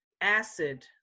acid